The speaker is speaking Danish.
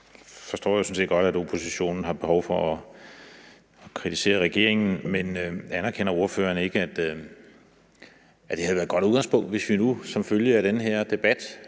set godt, at oppositionen har behov for at kritisere regeringen, men anerkender ordføreren ikke, at det havde været et godt udgangspunkt, hvis vi nu som følge af den her debat